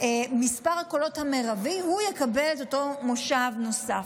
מספר הקולות המרבי יקבל את אותו מושב נוסף.